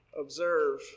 observe